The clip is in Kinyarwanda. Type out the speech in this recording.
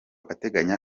ateganya